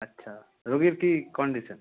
আচ্ছা রোগীর কী কন্ডিশান